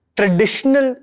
traditional